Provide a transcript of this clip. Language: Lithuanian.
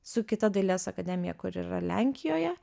su kita dailės akademija kur yra lenkijoje